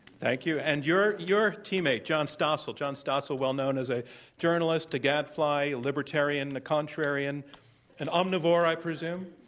thank you. and your your teammate, john stossel, john stossel, well known as a journalist, a gadfly, a libertarian, a contrarian and omnivore, i presume.